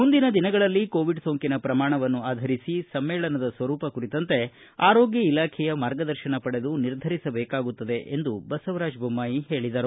ಮುಂದಿನ ದಿನಗಳಲ್ಲಿ ಕೋವಿಡ್ ಸೋಂಕಿನ ಪ್ರಮಾಣವನ್ನು ಆಧರಿಸಿ ಸಮ್ಮೇಳನದ ಸ್ವರೂಪ ಕುರಿತಂತೆ ಆರೋಗ್ಯ ಇಲಾಖೆಯ ಮಾರ್ಗದರ್ಶನ ಪಡೆದು ನಿರ್ಧರಿಸಬೇಕಾಗುತ್ತದೆ ಎಂದು ಬೊಮ್ಬಾಯಿ ಹೇಳಿದರು